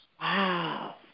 Wow